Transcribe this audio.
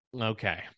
Okay